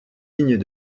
lignes